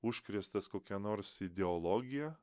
užkrėstas kokia nors ideologija